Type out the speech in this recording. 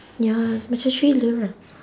ya macam thriller right